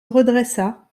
redressa